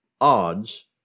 odds